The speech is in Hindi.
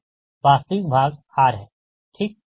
तो वास्तविक भाग R है ठीक